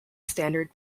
standard